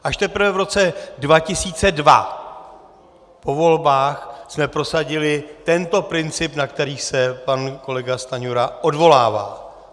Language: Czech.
Až teprve v roce 2002 po volbách jsme prosadili tento princip, na který se pan kolega Stanjura odvolává.